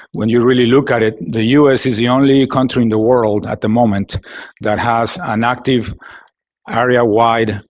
when you really look at it, the us is the only country in the world at the moment that has an active area-wide,